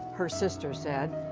her sister said.